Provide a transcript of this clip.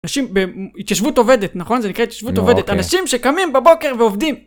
אנשים בהתיישבות עובדת נכון זה נקרא התיישבות עובדת אנשים שקמים בבוקר ועובדים